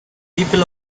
people